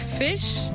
fish